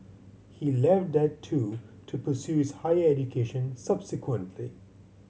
he left that too to pursue his higher education subsequently